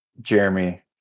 jeremy